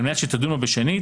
על מנת שזו תדון בו בשנית,